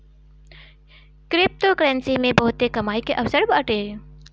cryptocurrency मे बहुते कमाई के अवसर बाटे